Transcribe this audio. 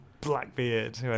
Blackbeard